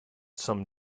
some